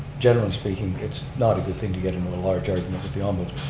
generally speaking, it's not a good thing to get into a large argument with the um but